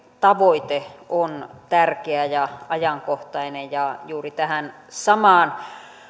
tavoite on tärkeä ja ajankohtainen ja juuri tähän samaan